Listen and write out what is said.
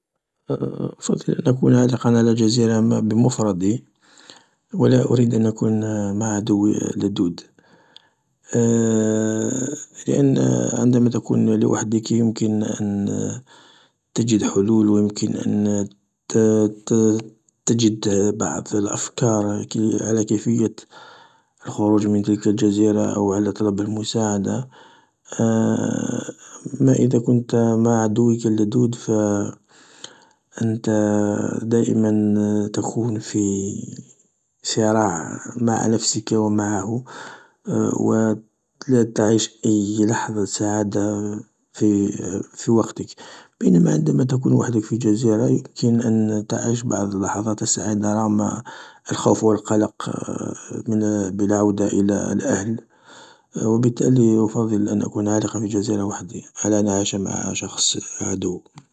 أفضل أن أكون عالقا في جزيرة بمفردي و لا أريد ان أكون مع عدوي اللدود، لان عندما تكون لوحدك يمكن ان تجد حلول و يمكن ان تجد بعض الأفكار على كيفية الخروج من تلك الجزيرة أو على طلب المساعدة، اما اذا كنت مع عدوك اللدود فأنت دائما تكون في صراع مع نفسك ومعه و لا تعش اي لحظة سعادة في وقتك، بينما عندما تكون وحدك في جزيرة يمكن أن تعيش بعض اللحظات السعيدة رغم الخوف و القلق بالعودة الى الأهل و بالتالي أفضل ان اكون عالقا في جزيرة وحدي على ان أعيش مع شخص عدو.